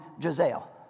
Giselle